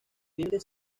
límites